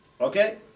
Okay